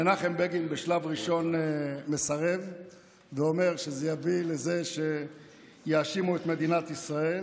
מנחם בגין בשלב ראשון מסרב ואומר שזה יביא לזה שיאשימו את מדינת ישראל,